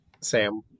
Sam